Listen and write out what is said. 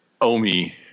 Omi